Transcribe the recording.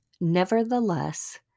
Nevertheless